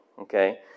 Okay